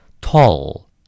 Tall